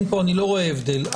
אני לא רואה הבדל.